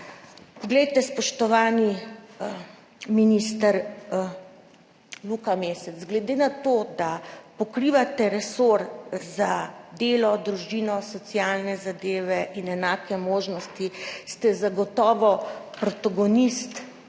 Poglejte, spoštovani minister Luka Mesec. Glede na to, da pokrivate resor za delo, družino, socialne zadeve in enake možnosti, ste zagotovo protagonist